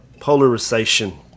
polarization